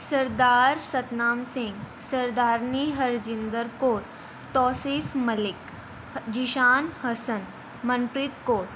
Sardar Satnam Singh Sardarni Harjinder Kaur Tauseef Malik Zeeshan Hasan Manpreet Kaur